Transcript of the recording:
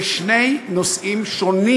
אלה שני נושאים שונים,